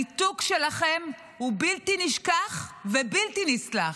הניתוק שלכם הוא בלתי נשכח ובלתי נסלח.